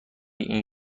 این